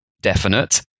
definite